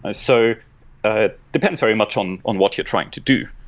ah so ah depends very much on on what you're trying to do,